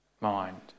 mind